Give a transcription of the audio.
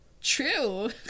true